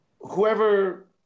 whoever